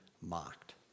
mocked